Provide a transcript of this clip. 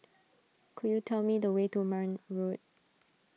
could you tell me the way to Marne Road